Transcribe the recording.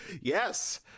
yes